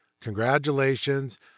Congratulations